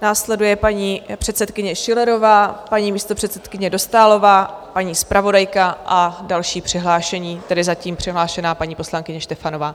Následují paní předsedkyně Schillerová, paní místopředsedkyně Dostálová, paní zpravodajka a další přihlášení, tedy zatím přihlášená paní poslankyně Štefanová.